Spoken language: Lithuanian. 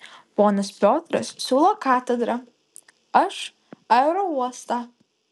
ponas piotras siūlo katedrą aš aerouostą